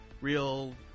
real